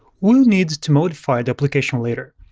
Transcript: we'll need to modify the application later.